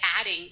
adding